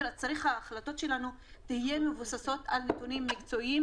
ההחלטות שלנו צריכות להיות מבוססות על נתונים מקצועיים